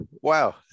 wow